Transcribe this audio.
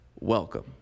welcome